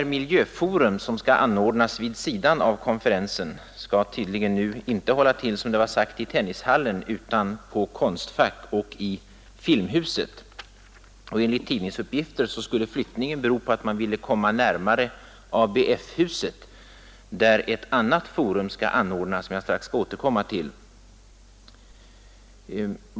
Det miljöforum som skall anordnas vid sidan av konferensen skall tydligen inte, som det har sagts, hålla till i Tennishallen, utan på Konstfack och i Filmhuset. Enligt tidningsuppgifter skulle flyttningen bero på att man ville komma närmare ABF-huset, där ett annat forum skall anordnas — jag skall strax återkomma till detta.